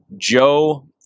Joe